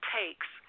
takes